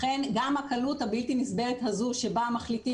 לכן גם הקלות הבלתי נסבלת הזו שבה מחליטים